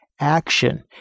action